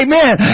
Amen